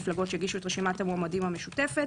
המפלגות שהגישו את רשימת המועמדים המשותפת.